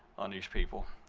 on these people.